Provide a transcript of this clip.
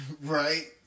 Right